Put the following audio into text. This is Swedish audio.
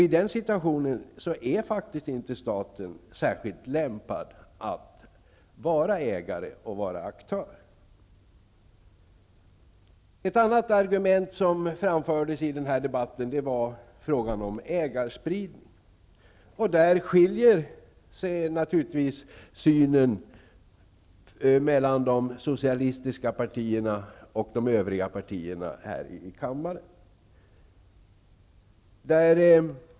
I den situationen är staten faktiskt inte särskilt lämpad att vara ägare och aktör. Ett annat argument som framfördes i debatten var frågan om ägarspridning. Där skiljer sig naturligtvis synen mellan de socialistiska partierna och de övriga partierna här i kammaren.